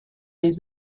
les